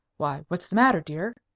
why, what's the matter, dear?